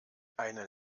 eine